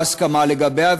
להסכמה לגביה,